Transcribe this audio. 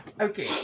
Okay